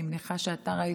אני מניחה שאתה ראית,